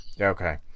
Okay